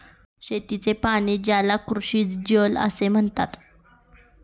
शेतीचे पाणी, ज्याला कृषीजल असेही म्हणतात